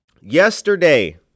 yesterday